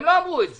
הם לא אמרו את זה,